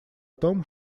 том